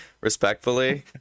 respectfully